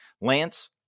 Lance